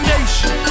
Nation